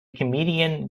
comedian